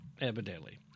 evidently